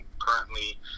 currently